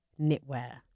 knitwear